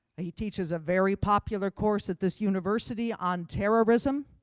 he teaches a very popular course at this university on terrorism.